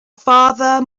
father